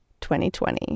2020